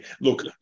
look